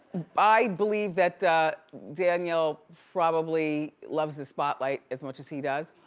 i believe that danielle probably loves the spotlight as much as he does,